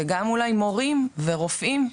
וגם אולי מורים ורופאים,